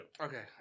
Okay